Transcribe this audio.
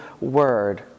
word